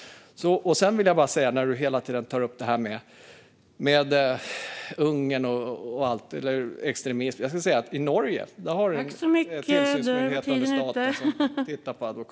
Du tar hela tiden upp Ungern och extremism. I Norge finns en tillsynsmyndighet under staten .